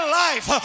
life